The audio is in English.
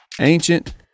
ancient